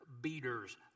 beaters